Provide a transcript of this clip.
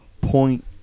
point